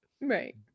Right